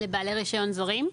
לבעלי רישיון זרים?